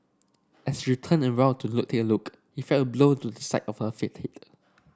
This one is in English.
as she turned around to take a look if felt a blow to the side of her